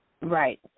Right